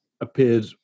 appeared